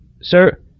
Sir